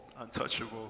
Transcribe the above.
untouchable